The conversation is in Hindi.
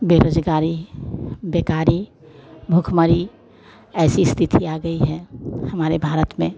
बेरोजगारी बेकारी भूखमरी ऐसी स्थिति आ गई है हमारे भारत में